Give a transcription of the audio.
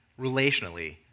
relationally